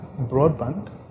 broadband